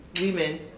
women